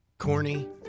Corny